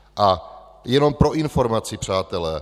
A jenom pro informaci, přátelé.